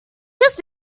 just